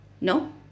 no